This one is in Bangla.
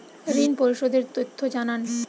ঋন পরিশোধ এর তথ্য জানান